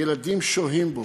ילדים שוהים בו,